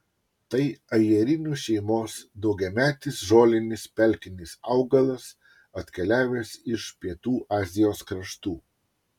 tai ajerinių šeimos daugiametis žolinis pelkinis augalas atkeliavęs iš pietų azijos kraštų